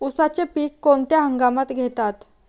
उसाचे पीक कोणत्या हंगामात घेतात?